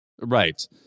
Right